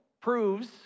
proves